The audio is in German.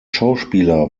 schauspieler